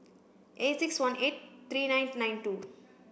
eight six one eight three nine nine two